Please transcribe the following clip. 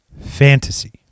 fantasy